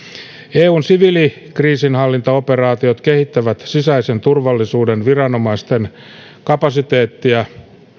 eun siviilikriisinhallintaoperaatiot kehittävät sisäisen turvallisuuden viranomaisten kapasiteettia